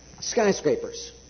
Skyscrapers